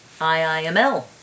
IIML